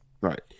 Right